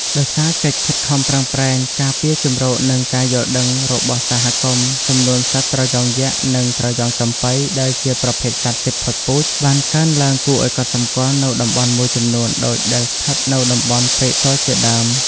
ដោយសារកិច្ចខិតខំប្រឹងប្រែងការពារជម្រក និងការយល់ដឹងរបស់សហគមន៍ ចំនួនសត្វត្រយងយក្ស និងត្រយងចំប៉ី ដែលជាប្រភេទសត្វជិតផុតពូជ បានកើនឡើងគួរឱ្យកត់សម្គាល់នៅតំបន់មួយចំនួនដូចដែលស្ថិតនៅតំបន់ព្រែកទាល់ជាដើម។